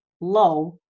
low